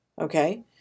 okay